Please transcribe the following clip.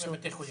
חלק מבתי חולים.